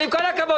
עם כל הכבוד,